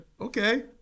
Okay